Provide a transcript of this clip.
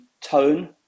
tone